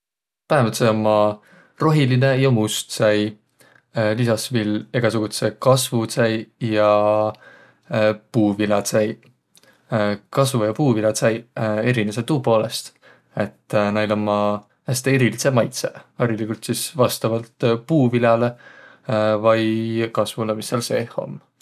Päämdseq ommaq rohilinõ ja must tsäi. Lisas viil egäsugudsõq kasvotsäiq ja puuvilätsäiq. Kasvo- ja puuvilätsäiq erineseq tuu poolõst, et näil ommaq häste erilidse maitsõq. Hariligult sis vastavalt puuviläle vai kasvolõ, miä sääl seeh om.